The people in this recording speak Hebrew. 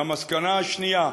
והמסקנה השנייה,